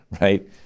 right